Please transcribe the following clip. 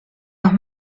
los